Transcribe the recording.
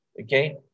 Okay